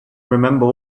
remember